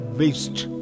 waste